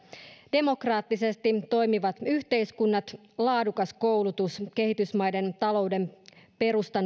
demokraattisesti toimivat yhteiskunnat laadukas koulutus kehitysmaiden talouden perustan